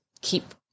keep